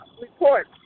report